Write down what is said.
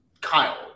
Kyle